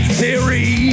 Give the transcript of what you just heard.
theory